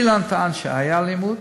אילן טען שהייתה אלימות.